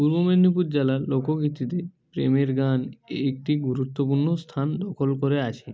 পূর্ব মেদিনীপুর জেলার লোকগীতিতে প্রেমের গান একটি গুরুত্বপূর্ণ স্থান দখল করে আছে